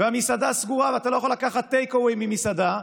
המסעדה סגורה ואתה לא יכול לקחת טייק-אווי ממסעדה,